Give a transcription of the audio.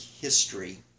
history